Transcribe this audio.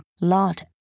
Lot